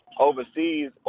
overseas